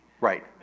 Right